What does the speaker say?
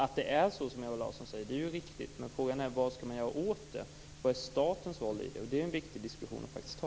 Att det är som Ewa Larsson säger är riktigt, men frågan är vad man skall göra åt det och vad som är statens roll. Det är en viktig diskussion att ta.